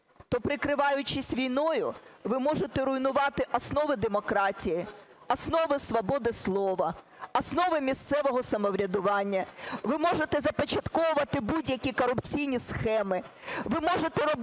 то прикриваючись війною, ви можете руйнувати основи демократії, основи свободи слова, основи місцевого самоврядування, ви можете започатковувати будь-які корупційні схеми,